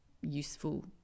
useful